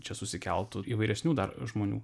čia susikeltų įvairesnių dar žmonių